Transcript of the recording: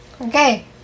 Okay